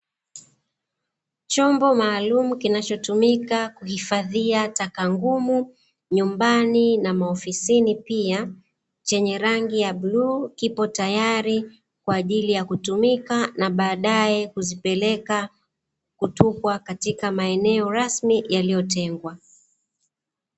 Chombo maalumu kinachotumika kuhifadhia taka ngumu nyumbani na maofisini pia, chenye rangi ya bluu kipo tayari kwaajili ya kutumika na baadae kuzipeleka kutupwa katika maeneo rasmi yaliyotengwa.